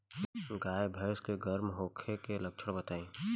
गाय भैंस के गर्म होखे के लक्षण बताई?